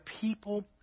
people